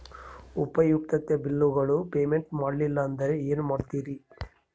ಉಪಯುಕ್ತತೆ ಬಿಲ್ಲುಗಳ ಪೇಮೆಂಟ್ ಮಾಡಲಿಲ್ಲ ಅಂದರೆ ಏನು ಮಾಡುತ್ತೇರಿ?